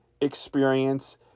experience